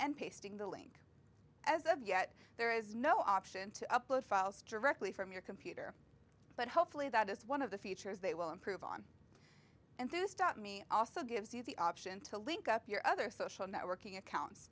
and pasting the link as of yet there is no option to upload files directly from your computer but hopefully that is one of the features they will improve on and to stop me also gives you the option to link up your other social networking accounts